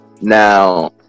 now